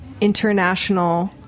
international